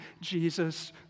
Jesus